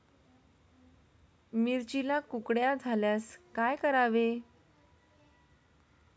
मिरचीला कुकड्या झाल्यास काय करावे?